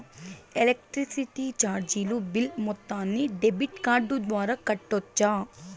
Electricity చార్జీలు bill మొత్తాన్ని debit card ద్వారా కట్టొచ్చా?